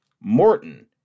Morton